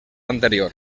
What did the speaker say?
anterior